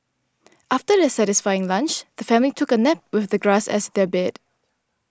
after their satisfying lunch the family took a nap with the grass as their bed